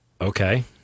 Okay